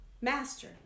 Master